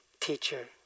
teacher